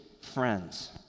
friends